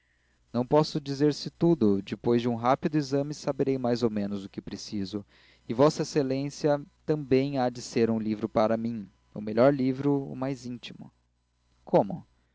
não posso dizer se tudo depois de um rápido exame saberei mais ou menos o que preciso e v ex a também há de ser um livro para mim e o melhor livro o mais íntimo como